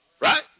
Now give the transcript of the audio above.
Right